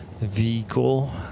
vehicle